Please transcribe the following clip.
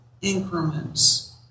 increments